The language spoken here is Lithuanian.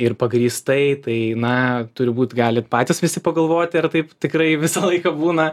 ir pagrįstai tai na turi būt galit patys visi pagalvot ar taip tikrai visą laiką būna